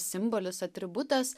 simbolis atributas